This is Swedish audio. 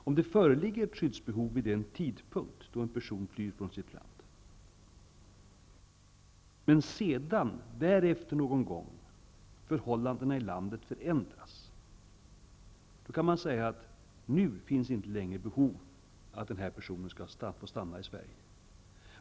Om det föreligger ett skyddsbehov vid den tidpunkt då en person flyr från sitt land men förhållandena i det landet därefter förändras, kan man säga att det inte längre finns behov av att personen i fråga får stanna i Sverige.